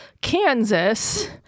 Kansas